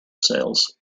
sails